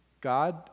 God